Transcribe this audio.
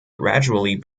gradually